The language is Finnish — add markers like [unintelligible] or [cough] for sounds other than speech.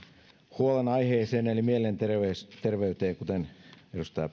huolenaiheeseen mielenterveyteen kuten edustaja [unintelligible]